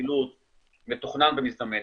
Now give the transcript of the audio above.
חילוט מתוכנן ומזדמן,